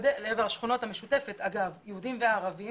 השכונה המשותפת, אגב, של יהודים וערבים